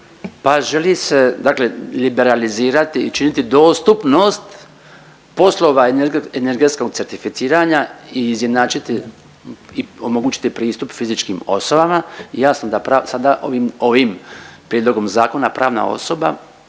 Pa želi se, dakle liberalizirati i činiti dostupnost poslova energetskog certificiranja i izjednači i omogućiti pristup fizičkim osobama. Jasno da sada ovim prijedlogom zakona pravna osoba